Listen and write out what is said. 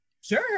Sure